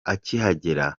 akihagera